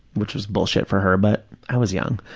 which was bullshit for her, but i was young.